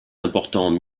importants